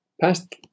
Past